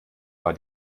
war